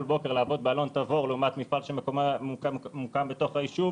בוקר לעבוד באלון תבור לעומת מפעל שממוקם בתוך היישוב